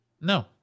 No